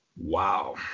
Wow